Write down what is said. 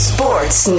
Sports